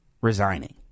resigning